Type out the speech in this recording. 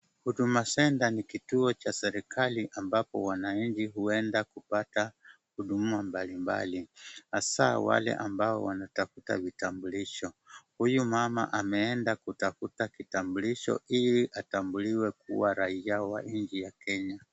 Huduma centre ni kituo cha serikali ambapo wananchi huenda kupata huduma mbalimbali, hasaa wale ambao wanatafuta vitambulisho. Huyu mama ameenda kutafuta kitambulisho ili atambuliwe kuwa raia wa Kenya.